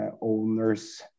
owners